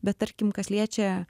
bet tarkim kas liečia